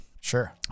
Sure